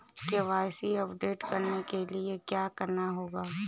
KYC update करने के लिए क्या करना होगा?